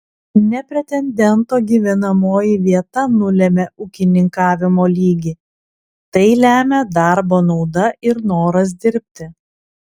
ne pretendento gyvenamoji vieta nulemia ūkininkavimo lygį tai lemia darbo nauda ir noras dirbti